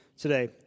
today